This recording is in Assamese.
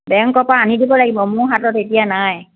বেংকৰ পৰা আনি দিব লাগিব মোৰ হাতত এতিয়া নাই